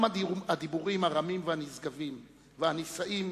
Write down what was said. גם הדיבורים הרמים והנשגבים הנישאים